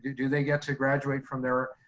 do they get to graduate from their